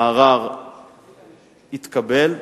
הערר התקבל.